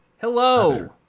Hello